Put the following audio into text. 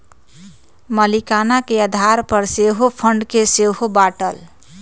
मलीकाना के आधार पर सेहो फंड के सेहो बाटल